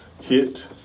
hit